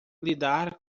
lidar